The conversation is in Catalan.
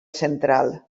central